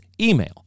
email